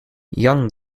young